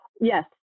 Yes